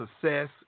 success